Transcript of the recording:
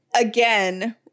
again